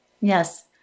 Yes